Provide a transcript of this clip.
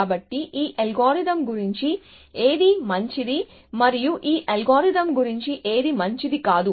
కాబట్టి ఈ అల్గోరిథం గురించి ఏది మంచిది మరియు ఈ అల్గోరిథం గురించి ఏది మంచిది కాదు